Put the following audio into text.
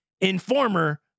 Informer